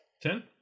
Ten